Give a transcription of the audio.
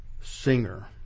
singer